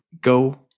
go